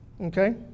Okay